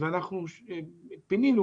פנינו